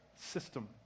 system